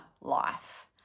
life